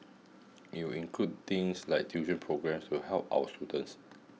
it will include things like tuition programmes to help our students